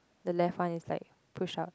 the left one is like pushed up